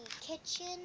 kitchen